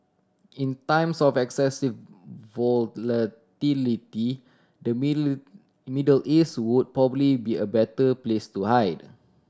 in times of excessive volatility the Middle East would probably be a better place to hide